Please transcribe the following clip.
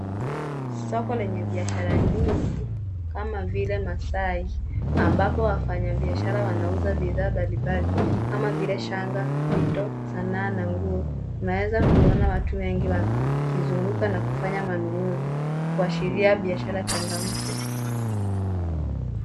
Soko lenye biashara nyingi kama vile masai ambapo wafanya biashara wanauza bidhaa mbalimbali kama vile shanga, vito, sanaa na nguo. Unaweza kuona watu wengi wakizunguka na kufanya manunuzi kuashiria biashara changamfu.